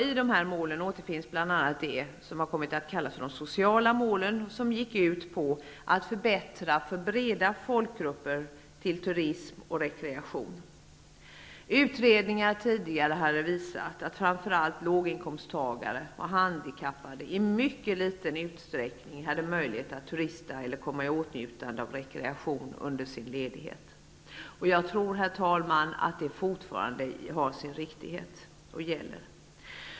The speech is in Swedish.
I dessa mål återfinns bl.a. det som kallas de sociala målen och som gick ut på att förbättra möjligheterna för breda folkgrupper till turism och rekreation. Utredningar hade visat att framför allt låginkomsttagare och handikappade i mycket liten utsträckning hade möjlighet att turista eller komma i åtnjutande av rekreation under sin ledighet. Jag tror, herr talman, att det fortfarande äger sin riktighet.